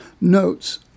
notes